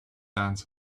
hands